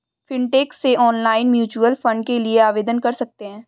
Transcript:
fintech से online mutual fund के लिए आवेदन कर सकते हैं